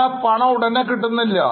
എന്നാൽ ആ പണം ഉടനെ കിട്ടുന്നില്ല